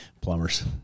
plumbers